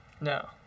No